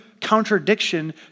contradiction